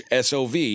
SOV